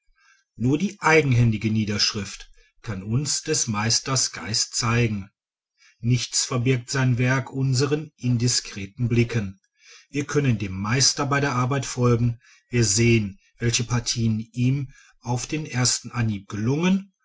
nur die eigenhändige niederschrift kann uns des meisters geist zeigen nichts verbirgt sein werk unseren indiskreten blicken wir können dem meister bei der arbeit folgen wir sehen welche partien ihm auf den ersten anhieb gelungen